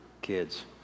kids